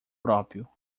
próprio